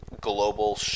global